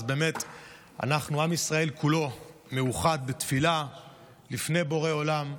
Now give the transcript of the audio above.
אז באמת עם ישראל כולו מאוחד בתפילה לפני בורא עולם,